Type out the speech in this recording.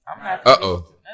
Uh-oh